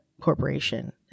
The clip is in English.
corporation